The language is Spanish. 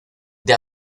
the